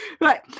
Right